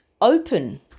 open